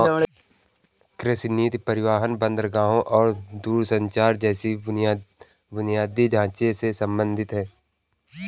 कृषि नीति परिवहन, बंदरगाहों और दूरसंचार जैसे बुनियादी ढांचे से संबंधित है